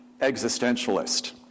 existentialist